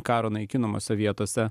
karo naikinamose vietose